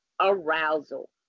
arousal